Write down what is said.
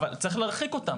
אבל צריך להרחיק אותם.